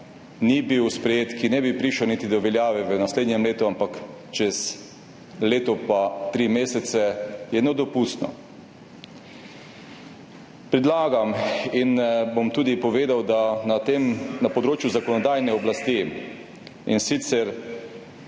ni bil sprejet, čeprav ne bi prišel niti do veljave v naslednjem letu, ampak čez leto pa tri mesece, to je nedopustno. Predlagam in bom tudi povedal, da je na področju zakonodajne oblasti, in sicer